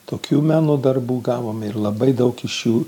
tokių meno darbų gavome ir labai daug iš jų